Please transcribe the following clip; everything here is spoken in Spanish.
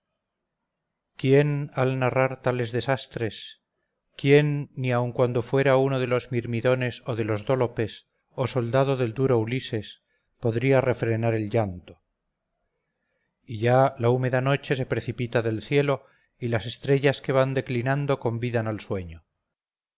quién al narrar tales desastres quién ni aun cuando fuera uno de los mirmidones o de los dólopes o soldado del duro ulises podría refrenar el llanto y ya la húmeda noche se precipita del cielo y las estrellas que van declinando convidan al sueño